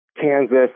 Kansas